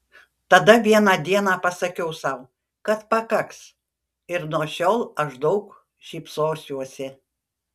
tada vieną dieną pasakiau sau kad pakaks ir nuo šiol aš daug šypsosiuosi